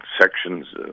sections